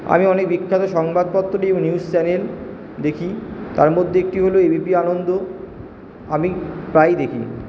আমি অনেক বিখ্যাত সংবাদপত্র এবং নিউজ চ্যানেল দেখি তার মধ্যে একটি হলো এ বি পি আনন্দ আমি প্রায় দেখি